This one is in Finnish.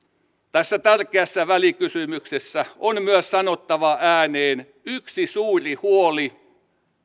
tässä tärkeässä välikysymyksessä on myös sanottava ääneen yksi suuri huoli